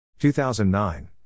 2009